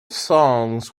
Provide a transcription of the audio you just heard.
songs